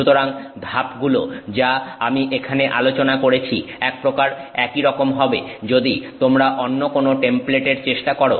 সুতরাং ধাপগুলো যা আমি এখানে আলোচনা করেছি একপ্রকার একইরকম হবে যদি তোমরা অন্য কোন টেমপ্লেটের চেষ্টা করো